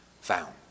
found